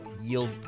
yield